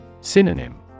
Synonym